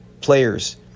players